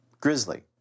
Grizzly